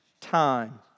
time